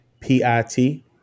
P-I-T